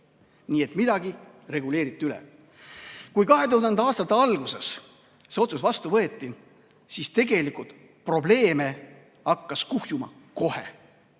Nii et midagi reguleeriti üle. Kui 2000. aastate alguses see otsus vastu võeti, siis tegelikult probleeme hakkas kuhjuma kohe.